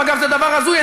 אגב, זה דבר הזוי.